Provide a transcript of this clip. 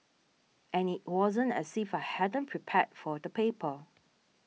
and it wasn't as if I hadn't prepared for the paper